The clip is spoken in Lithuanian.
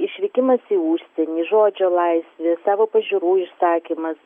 išvykimas į užsienį žodžio laisvė savo pažiūrų išsakymas